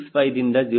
65 ದಿಂದ 0